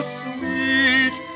sweet